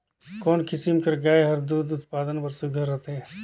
कोन किसम कर गाय हर दूध उत्पादन बर सुघ्घर रथे?